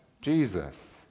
Jesus